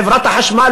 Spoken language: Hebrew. חברת החשמל